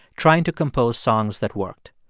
trying to compose songs that worked.